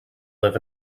live